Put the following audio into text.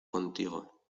contigo